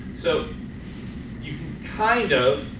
so you can kind of